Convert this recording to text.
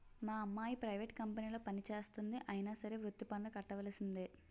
మా అమ్మాయి ప్రైవేట్ కంపెనీలో పనిచేస్తంది అయినా సరే వృత్తి పన్ను కట్టవలిసిందే